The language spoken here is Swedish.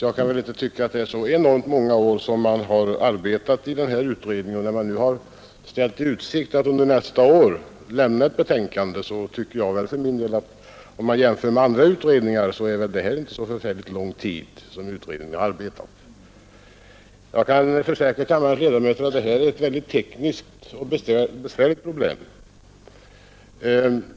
Jag kan därför inte tycka att den har arbetat i så enormt många år, och när den nu har ställt i utsikt att under nästa år avlämna ett betänkande, tycker jag för min del att det inte är så förfärligt lång tid som denna utredning har arbetat, om man jämför med andra utredningar. Jag kan försäkra kammarens ledamöter att detta är ett tekniskt besvärligt problem.